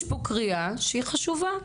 יש פה קריאה חשובה.